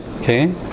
okay